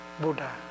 Buddha